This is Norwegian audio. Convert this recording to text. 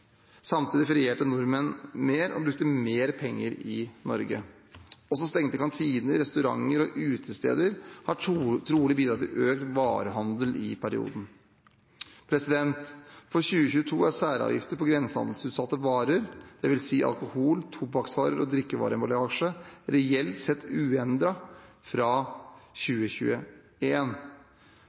Samtidig ferierte nordmenn mer i Norge og brukte mer penger i Norge. Også stengte kantiner, restauranter og utesteder har trolig bidratt til økt varehandel i perioden. For 2022 er særavgifter på grensehandelsutsatte varer, dvs. alkohol, tobakksvarer og drikkevareemballasje, reelt sett uendret fra